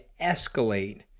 escalate